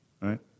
Right